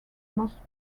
most